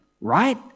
right